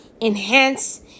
enhance